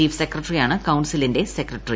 chief സെക്രട്ടറിയാണ് കൌൺസിലിന്റെ secretary